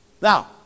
Now